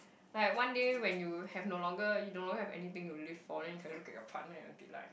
like one day when you have no longer you no longer have anything to live for then you can look at your partner and you be like